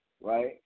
right